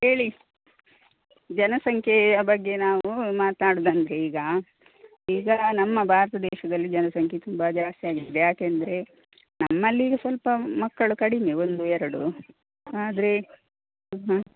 ಹೇಳಿ ಜನಸಂಖ್ಯೆಯ ಬಗ್ಗೆ ನಾವು ಮಾತಾಡಿದಂಗೆ ಈಗ ಈಗ ನಮ್ಮ ಭಾರತ ದೇಶದಲ್ಲಿ ಜನಸಂಖ್ಯೆ ತುಂಬ ಜಾಸ್ತಿ ಆಗಿದೆ ಯಾಕೆ ಅಂದರೆ ನಮ್ಮಲ್ಲಿ ಈಗ ಸ್ವಲ್ಪ ಮಕ್ಕಳು ಕಡಿಮೆ ಒಂದು ಎರಡು ಆದರೆ ಹಾಂ